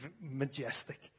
majestic